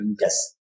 Yes